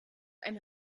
eine